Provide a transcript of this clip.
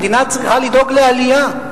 המדינה צריכה לדאוג לעלייה.